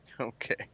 Okay